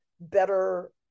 better